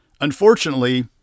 Unfortunately